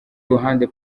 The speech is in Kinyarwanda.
ruhande